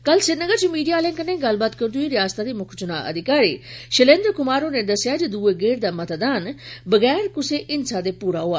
कल श्रीनगर च मीडिया आलें कन्नै गल्लबात करदे होई रियासत दे मुख च्ना अधिकारी शैलेन्द्र कुमार होरें दस्सेया जे दूए गेड़े दा मतदान वगैर क्सै हिंसा दे पूरा होआ